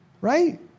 right